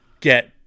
get